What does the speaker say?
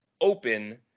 open